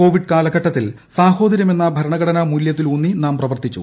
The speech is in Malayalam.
കോവിഡ് കാലഘട്ടത്തിൽ സാഹോദര്യമെന്ന ഭരണഘടനാ മൂല്യത്തിലൂന്നി നാം പ്രവർത്തിച്ചു